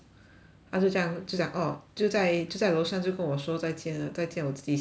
他就这样就讲 orh 就在就在楼上就跟我说再见再见我自己下来才